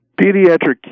Pediatric